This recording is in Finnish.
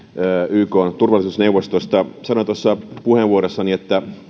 ykn turvallisuusneuvostosta sanoin puheenvuorossani että